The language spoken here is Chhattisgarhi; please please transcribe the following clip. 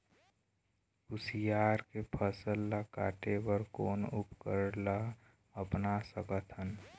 कुसियार के फसल ला काटे बर कोन उपकरण ला अपना सकथन?